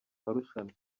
barushanwa